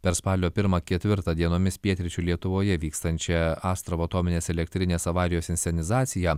per spalio pirmą ketvirtą dienomis pietryčių lietuvoje vykstančią astravo atominės elektrinės avarijos inscenizaciją